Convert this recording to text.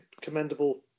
commendable